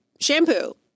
shampoo